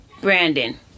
Brandon